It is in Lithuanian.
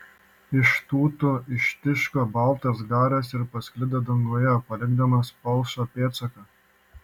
iš tūtų ištiško baltas garas ir pasklido danguje palikdamas palšą pėdsaką